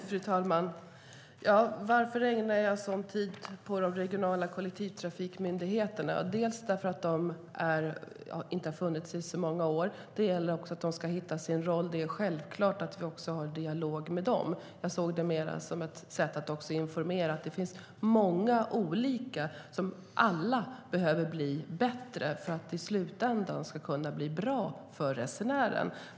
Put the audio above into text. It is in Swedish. Fru talman! Varför ägnar jag så mycket tid åt de regionala kollektivtrafikmyndigheterna? Ja, det beror bland annat på att de inte har funnits i så många år och ska hitta sin roll. Det är självklart att vi har en dialog med dem. Jag såg det mer som ett sätt att informera om att det är många som behöver bli bättre för att det i slutändan ska bli bra för resenären.